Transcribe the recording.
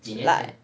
like